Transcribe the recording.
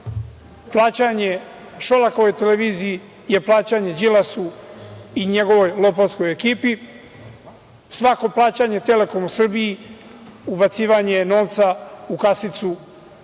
plaćanja Šolakove televiziji je plaćanje Đilasu i njegovoj lopovskoj ekipi. Svako plaćanje „Telokomu Srbija“, ubacivanje novca u kasicu